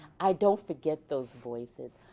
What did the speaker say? i don't forget those voices.